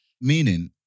Meaning